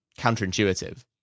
counterintuitive